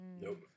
Nope